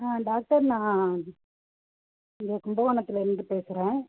ஆ doctor நான் இங்கே கும்பகோணத்திலேருந்து பேசுகிறேன்